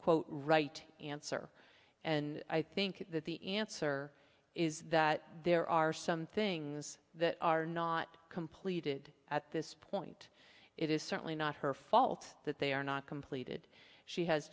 quote right answer and i think that the answer is that there are some things that are not completed at this point it is certainly not her fault that they are not completed she has